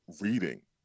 reading